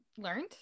learned